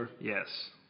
Yes